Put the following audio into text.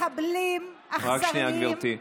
מחבלים אכזריים, רק שנייה, גברתי.